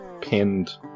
pinned